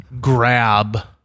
grab